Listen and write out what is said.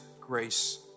grace